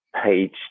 page